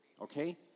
okay